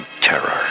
terror